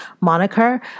moniker